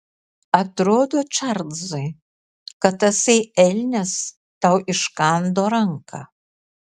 atrodo čarlzai kad tasai elnias tau iškando ranką